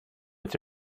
its